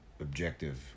objective